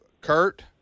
Kurt